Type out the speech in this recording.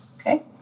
Okay